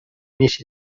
inici